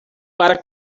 para